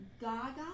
Gaga